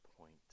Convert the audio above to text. point